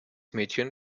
mädchen